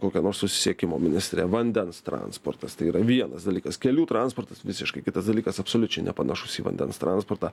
kokia nors susisiekimo ministre vandens transportas tai yra vienas dalykas kelių transportas visiškai kitas dalykas absoliučiai nepanašus į vandens transportą